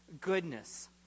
goodness